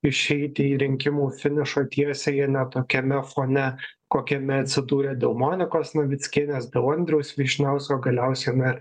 išeiti į rinkimų finišo tiesiąją ne tokiame fone kokiame atsidūrė dėl monikos navickienės dėl andriaus vyšniausko galiausiai na ir